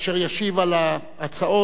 אשר ישיב על ההצעות,